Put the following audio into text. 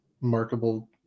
markable